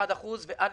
מ-31% ועד